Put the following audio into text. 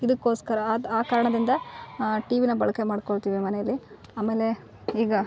ಇದ್ಕೊಸ್ಕರ ಅದು ಆ ಕಾರಣದಿಂದ ಟಿ ವಿನ ಬಳಕೆ ಮಾಡ್ಕೋಳ್ತೀವಿ ಮನೇಲಿ ಆಮೇಲೆ ಈಗ